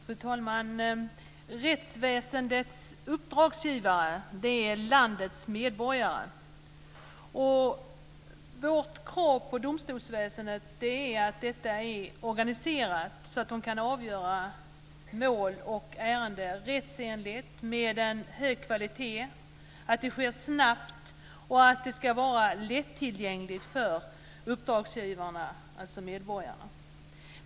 Fru talman! Rättsväsendets uppdragsgivare är landets medborgare. Vårt krav på domstolsväsendet är att det är organiserat för att kunna avgöra ärenden och mål rättsenligt, snabbt och med hög kvalitet samt att det är lättillgängligt för uppdragsgivarna, alltså medborgarna.